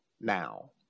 now